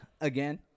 Again